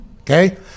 Okay